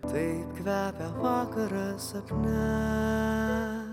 taip kvepia vakaras sapne